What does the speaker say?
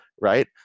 right